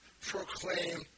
proclaim